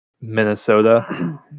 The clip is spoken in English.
Minnesota